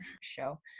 show